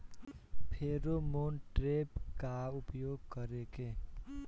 Pheromone trap का उपयोग कर के?